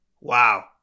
wow